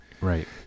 Right